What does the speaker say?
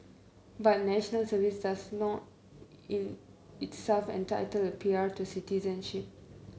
but National Services not in itself entitle a P R to citizenship